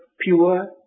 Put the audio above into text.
pure